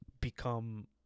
become